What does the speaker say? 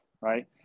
right